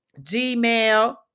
Gmail